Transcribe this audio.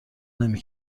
نمی